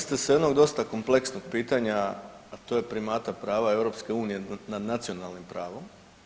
Dotakli ste se jednog dosta kompleksnog pitanja a to je primata prava EU nad nacionalnim pravom.